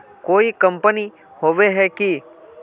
कोई कंपनी होबे है की?